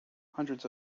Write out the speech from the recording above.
hundreds